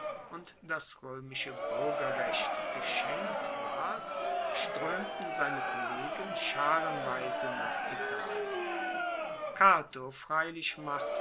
und das roemische buergerrecht geschenkt ward stroemten seine kollegen scharenweise nach italien cato freilich